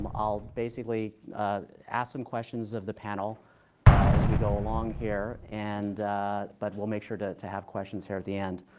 um i'll basically ask some questions of the panel as we go along here. and but we'll make sure to to have questions here at the end.